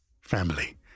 family